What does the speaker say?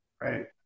Right